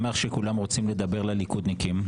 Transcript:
סדר יומה של הכנסת.